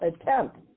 attempt